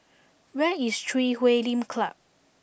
where is Chui Huay Lim Club